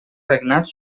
regnat